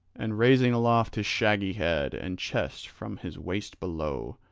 and raising aloft his shaggy head and chest from his waist below,